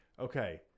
Okay